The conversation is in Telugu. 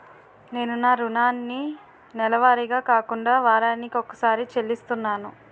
నేను నా రుణాన్ని నెలవారీగా కాకుండా వారాని కొక్కసారి చెల్లిస్తున్నాను